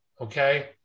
Okay